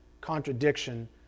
contradiction